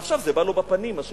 ועכשיו זה בא לו בפנים, מה שנקרא.